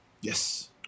Yes